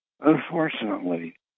Unfortunately